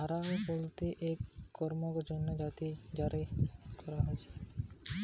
হারও বলতে এক র্কমকার যন্ত্র হতিছে জারি করে জমি পরিস্কার করতিছে